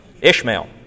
Ishmael